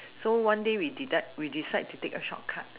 so one day we deda~ we decide to take a short cut